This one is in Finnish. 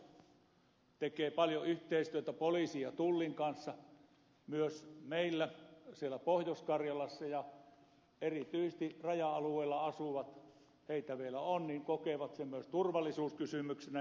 rajavartiolaitos tekee paljon yhteistyötä poliisin ja tullin kanssa myös meillä pohjois karjalassa ja erityisesti raja alueilla asuvat heitä vielä on kokevat sen myös turvallisuuskysymyksenä